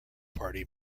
party